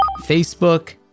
Facebook